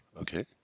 Okay